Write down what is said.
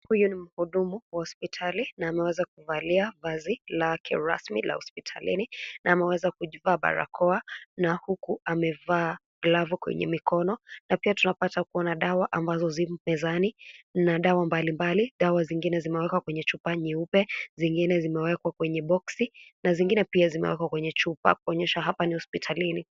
Huyu ni mhudumu, wa hospitali, na ameweza kuvalia, vazi, lake rasmi la hospitalini, na ameweza kujivaa barakoa, na huko amevaa, glavu kwenye mikono, na pia tunapata kuona dawa ambazo zimo mezani, mna dawa mbali mbali, dawa zingine zimewekwa kwenye chupa nyeupe, zingine zimewekwa kwenye boxi, na zingine pia zimewekwa kwenye chupa kuonyesha hapa ni hospitalini.